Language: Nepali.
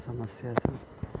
समस्या छ